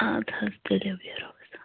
اَدٕ حظ تُلِو بِہِو رۅبَس حوال